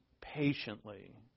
patiently